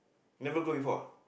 never go before ah